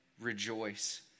rejoice